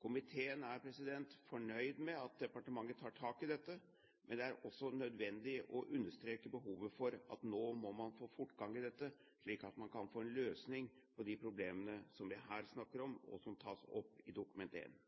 Komiteen er fornøyd med at departementet tar tak i dette, men det er også nødvendig å understreke behovet for at man nå må få fortgang i dette slik at man kan få en løsning på de problemene som vi her snakker om, og som tas opp i Dokument 1.